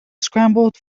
scrambled